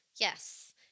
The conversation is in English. Yes